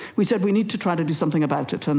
we said we need to try to do something about it, um